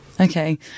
Okay